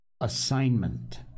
assignment